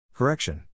Correction